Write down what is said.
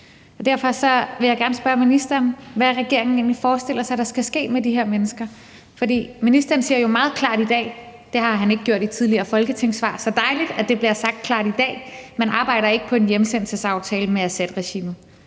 Derfor vil jeg gerne spørge ministeren, hvad regeringen egentlig forestiller sig der skal ske med de her mennesker. For ministeren siger jo meget klart i dag – og det har han ikke gjort i tidligere folketingssvar, så det er dejligt, at det bliver sagt klart i dag – at man ikke arbejder på en hjemsendelsesaftale med Assadregimet.